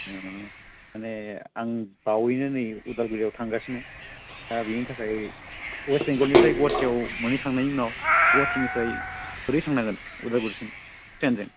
माने आं बावैनो नै उदालगुरियाव थांगासिनो दा बिनि थाखाय अवेस्ट बेंगलनिफ्राय गुवाहाटियाव मोनहैखांनायनि उनाव गुवाहाटिनिफ्राय बोरै थांनांगोन उदालगुरिसिम ट्रेनजों